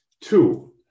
Two